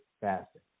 fasting